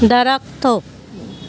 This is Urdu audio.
درخت